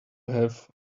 have